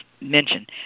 mention